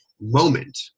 moment